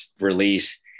release